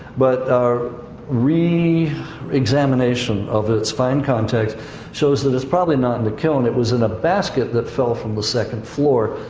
but our re-examination of its fine context shows that it's probably not in the kiln, it was in a basket that fell from the second floor,